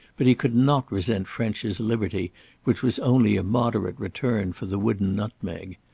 but he could not resent french's liberty which was only a moderate return for the wooden nutmeg.